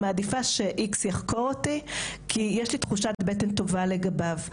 שהיא מעדיפה ש-X יחקור אותה כי יש לה תחושת בטן טובה לגביו.